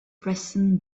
preston